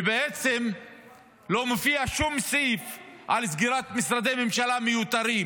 ובעצם לא מופיע שום סעיף על סגירת משרדי ממשלה מיותרים.